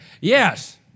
Yes